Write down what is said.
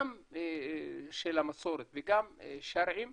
גם של המסורת וגם שרעיים,